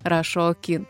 rašo okyn